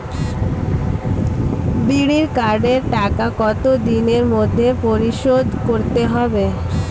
বিড়ির কার্ডের টাকা কত দিনের মধ্যে পরিশোধ করতে হবে?